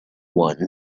one